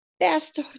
Best